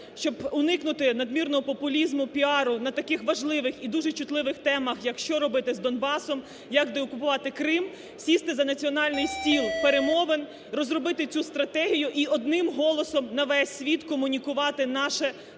щоб уникнути надмірного популізму, піару на таких важливих і дуже чутливих темах як: що робити з Донбасом, як деокупувати Крим. Сісти за національний стіл перемовин, розробити цю стратегію і одним голосом на весь світ комунікувати наше